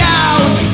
out